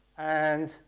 and,